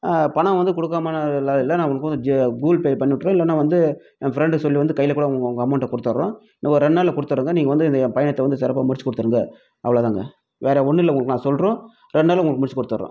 பணம் வந்து கொடுக்காம லாம் இல்லை நான் உங்களுக்கு வந்து ஜி கூகுள்பே பண்ணி விட்டுர்றேன் இல்லைன்னா வந்து என் ஃப்ரெண்ட்ட சொல்லி வந்து கையில கூட உங்கள் உங்கள் அமௌண்ட்டை கொடுத்துட்றோம் இன்னும் ஒரு ரெண்டு நாள்ல கொடுத்துட்றோங்க நீங்கள் வந்து என் பயணத்தை வந்து சிறப்பாக முடிச்சு கொடுத்துருங்க அவ்வளோதாங்க வேற ஒன்றும் இல்லை உங்களுக்கு நான் சொல்கிறோம் ரெண்டு நாள்ல உங்களுக்கு முடிச்சு கொடுத்துட்றோம்